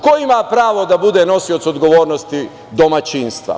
Ko ima pravo da bude nosilac odgovornosti domaćinstva?